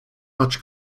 much